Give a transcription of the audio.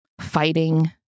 fighting